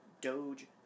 Doge